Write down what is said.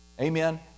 Amen